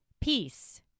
peace